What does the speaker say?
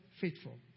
faithful